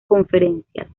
conferencias